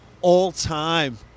all-time